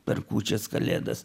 per kūčias kalėdas